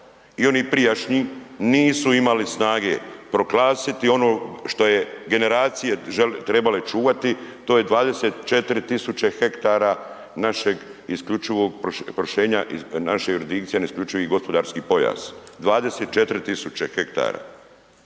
i oni prijašnji nisu imali snage proglasiti ono što je generacije trebale čuvati, to je 24 tisuće hektara našeg isključivog, proširenja naše jurisdikcije .../Govornik se ne razumije./... gospodarski pojas. 24 tisuće hektara.